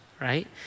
right